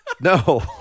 No